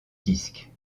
disque